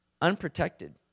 unprotected